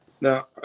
Now